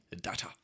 data